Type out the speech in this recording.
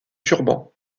turban